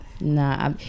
nah